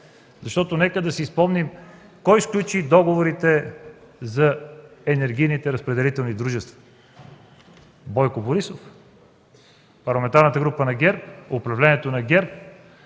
Нека да си спомним кой сключи договорите за енергийните разпределителни дружества – Бойко Борисов? Парламентарната група на ГЕРБ? Управлението на ГЕРБ?